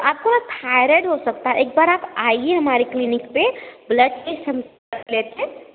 आपको ना थायराइड हो सकता है एक बार आइए आप हमारे क्लीनिक पर ब्लड टेस्ट हम कर लेते हैं